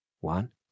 one